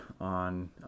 on